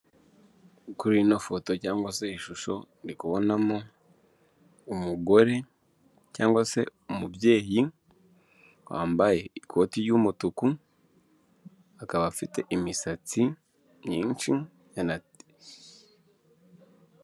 Kuri ino foto cyangwa se ishusho ndikubonamo umugore cyangwa se umubyeyi wambaye ikoti ry'umutuku, akaba afite imisatsi myinshi.